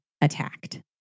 attacked